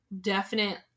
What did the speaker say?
definite